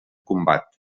combat